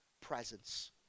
presence